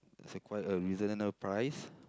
it's a quite a reasonable price